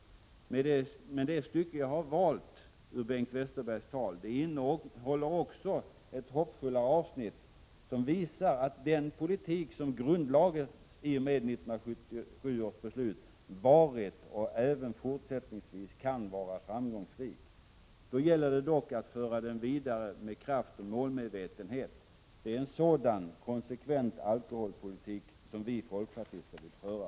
Det stycke jag har valt att läsa upp ur Bengt Westerbergs tal innehåller också ett hoppfullare avsnitt, som visar att den politik som grundlades i och med 1977 års beslut varit och även fortsättningsvis kan vara framgångsrik. Då gäller det dock att föra den vidare med kraft och målmedvetenhet. Det är en sådan konsekvent alkoholpolitik som vi folkpartister vill föra.